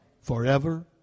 forever